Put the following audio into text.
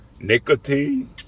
nicotine